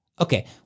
Okay